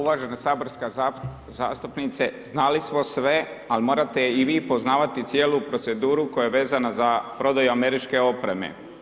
Uvažena saborska zastupnice, znali smo sve ali morate i vi poznavati cijelu proceduru koja je vezana za prodaju američke opreme.